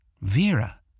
Vera